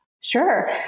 Sure